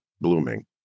blooming